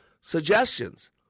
Suggestions